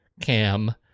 Cam